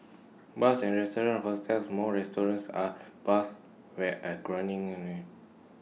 bars and restaurants hotels more restaurants are bars here are growing their own